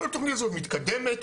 אבל התוכנית הזאת מתקדמת,